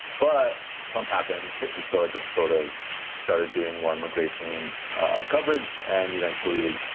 but trump happens. and so i just sort of started doing more immigration coverage. and eventually,